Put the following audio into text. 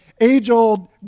age-old